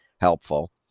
helpful